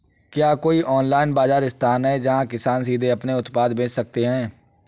क्या कोई ऑनलाइन बाज़ार स्थान है जहाँ किसान सीधे अपने उत्पाद बेच सकते हैं?